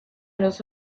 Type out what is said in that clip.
los